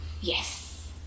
Yes